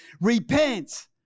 Repent